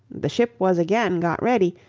the ship was again got ready,